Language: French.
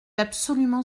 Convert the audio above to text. absolument